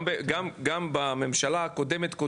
גם בממשלה הקודמת,